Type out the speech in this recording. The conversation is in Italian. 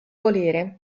volere